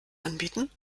anbieten